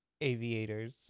aviators